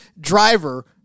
driver